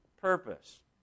purpose